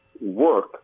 work